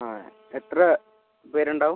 ആ എത്ര പേരുണ്ടാവും